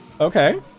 okay